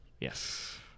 Yes